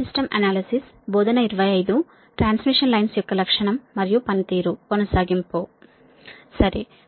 సరే